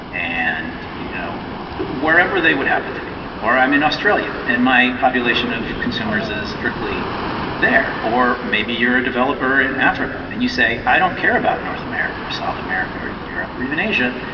and you know wherever they would happen to be, or i'm in australia and my population of consumers is strictly there or maybe you're a developer in africa and you say, i don't care about north america, or south america, or europe, or even asia.